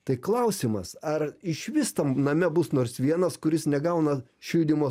tai klausimas ar išvis tam name bus nors vienas kuris negauna šildymo